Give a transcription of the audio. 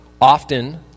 often